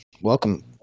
welcome